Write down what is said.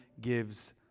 gives